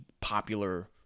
popular